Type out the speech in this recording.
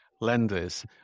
lenders